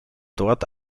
dort